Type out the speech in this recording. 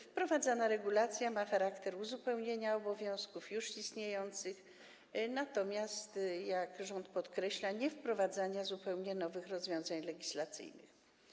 Wprowadzana regulacja ma charakter uzupełnienia obowiązków już istniejących, natomiast - jak podkreśla rząd - nie jest to wprowadzanie zupełnie nowych rozwiązań legislacyjnych.